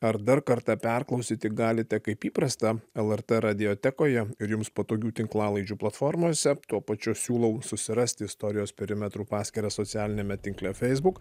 ar dar kartą perklausyti galite kaip įprasta lrt radiotekoje ir jums patogių tinklalaidžių platformose tuo pačiu siūlau susirasti istorijos perimetrų paskyrą socialiniame tinkle facebook